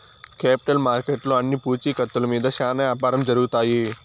capital మార్కెట్లో అన్ని పూచీకత్తుల మీద శ్యానా యాపారం జరుగుతాయి